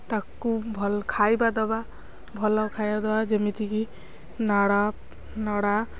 ତାକୁ ଭଲ ଖାଇବା ଦେବା ଭଲ ଖାଇବା ଦେବା ଯେମିତିକି ନାଡ଼ ନଡ଼ା